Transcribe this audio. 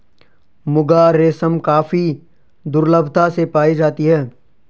मुगा रेशम काफी दुर्लभता से पाई जाती है